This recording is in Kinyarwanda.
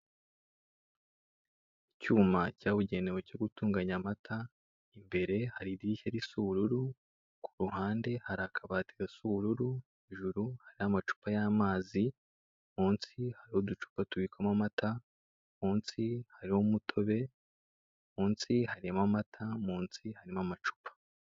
Icyuma cyabugenewe cyo gutunganya amata, imbere hari idirishya risa ubururu, ku ruhande hari akabati gasa ubururu, hejuru hariho amacupa y'amazi, munsi hariho uducupa tubikwamo amata, munsi harimo umutobe, munsi harimo amata, munsi harimo amacupa.